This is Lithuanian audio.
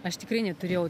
aš tikrai neturėjau